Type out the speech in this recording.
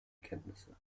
kenntnisse